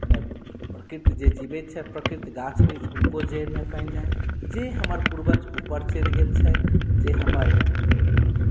माने प्रकृति जे जिबैत छथि प्रकृति गाछ वृक्ष हुनके जड़िमे पानि जानि जे हमर पूर्वज ऊपर चलि गेल छथि जे हमर